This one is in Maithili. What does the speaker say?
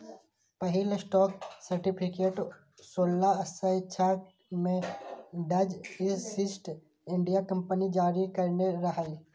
पहिल स्टॉक सर्टिफिकेट सोलह सय छह मे डच ईस्ट इंडिया कंपनी जारी करने रहै